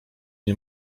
nie